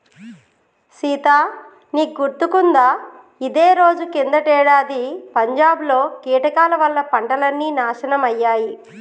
సీత నీకు గుర్తుకుందా ఇదే రోజు కిందటేడాది పంజాబ్ లో కీటకాల వల్ల పంటలన్నీ నాశనమయ్యాయి